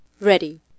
Ready